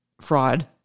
Fraud